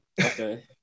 Okay